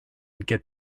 get